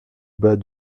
bas